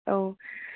औ